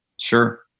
Sure